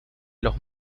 las